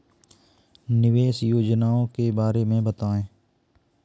निवेश योजनाओं के बारे में बताएँ?